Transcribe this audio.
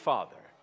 Father